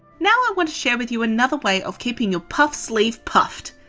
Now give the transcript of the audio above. now i want to share with you another way of keeping your puff sleeve puffed.